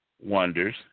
wonders